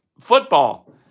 Football